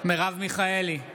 מרב מיכאלי,